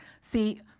See